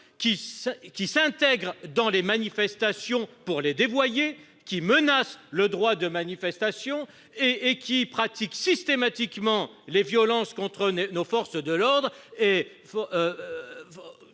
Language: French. qui s'intègrent dans les cortèges pour les dévoyer, qui menacent le droit de manifestation, qui pratiquent systématiquement les violences contre nos forces de l'ordre